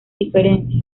diferencia